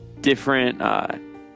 different